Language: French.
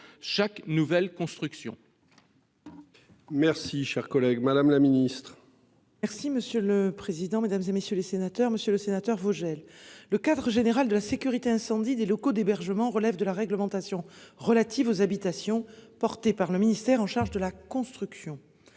chaque nouvelle construction. Merci cher collègue. Madame la Ministre. Merci monsieur le président, Mesdames, et messieurs les sénateurs, Monsieur le Sénateur Vogel, le cadre général de la sécurité incendie des locaux d'hébergement relèvent de la réglementation relative aux habitations porté par le ministère en charge de la construction.